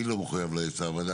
מי לא מחויב לעצה, הוועדה המנהלת?